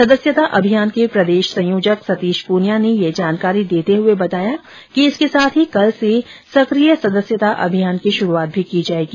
सदस्यता अभियान के प्रदेश संयोजक सतीश पूनियां ने यह जानकारी देते हुए बताया कि इसके साथ ही कल से सक्रिय सदस्यता अभियान की शुरूआत भी की जाएगी